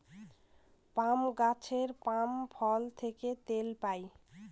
পাম গাছের পাম ফল থেকে তেল পাই